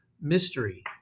mystery